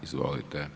Izvolite.